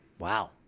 Wow